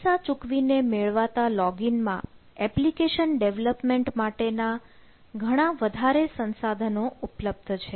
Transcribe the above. પૈસા ચૂકવીને મેળવાતા લોગીન માં એપ્લિકેશન ડેવલપમેન્ટ માટે ના ઘણા વધારે સંસાધનો ઉપલબ્ધ છે